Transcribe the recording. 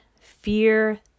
fear